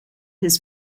his